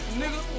nigga